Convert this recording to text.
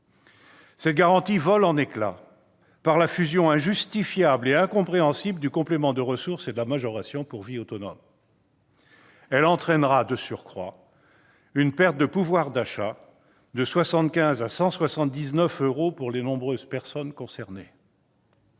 Cette garantie vole en éclats avec la fusion, injustifiable et incompréhensible, du complément de ressources et de la majoration pour vie autonome. Elle entraînera, de surcroît, une perte de pouvoir d'achat de 75 à 179 euros pour les nombreuses personnes concernées.